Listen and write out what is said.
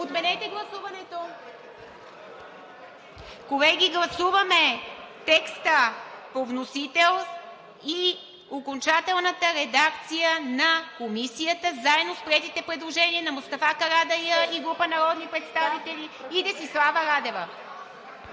Отменете гласуването. Колеги, гласуваме текста по вносител и окончателната редакция на Комисията заедно с приетите предложения на Мустафа Карадайъ и група народни представители, и Десислава Атанасова.